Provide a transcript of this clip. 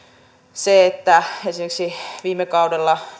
esimerkiksi viime kaudella